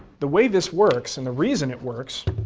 the way this works, and the reason it works.